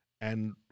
And-